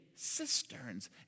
Cisterns